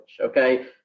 okay